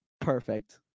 perfect